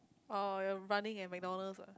oh you're running at MacDonald's what